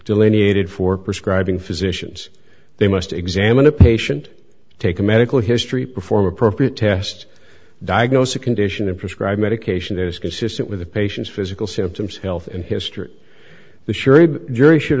delineated for prescribing physicians they must examine a patient take a medical history perform appropriate tests diagnose a condition and prescribe medication that is consistent with the patient's physical symptoms health and history the sure jury should